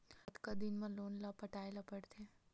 कतका दिन मा लोन ला पटाय ला पढ़ते?